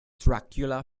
dracula